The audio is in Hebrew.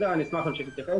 אני אשמח להמשיך להתייחס.